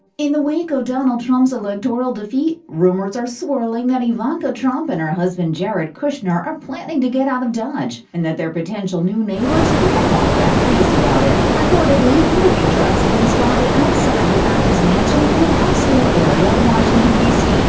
in the wake of donald trump's electoral defeat, rumors are swirling that ivanka trump and her husband jared kushner are planning to get out of dodge and that their potential new neighbors aren't all that pleased about it. reportedly, moving trucks have been spotted outside the family's mansion in an upscale area of washington, d c,